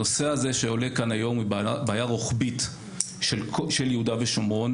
הנושא הזה שעולה כאן היום הוא בעיה רוחבית של יהודה ושומרון